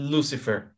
Lucifer